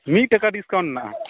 ᱢᱤᱫ ᱴᱟᱠᱟ ᱰᱤᱥᱠᱟᱭᱩᱱᱴ ᱢᱮᱱᱟᱜᱼᱟ